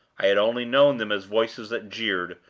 i had only known them as voices that jeered,